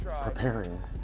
Preparing